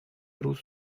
روز